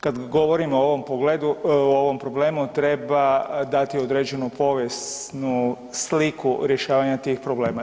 Kad govorimo o ovom pogledu, o ovom problemu, treba dati određenu povijesnu sliku rješavanja tih problema.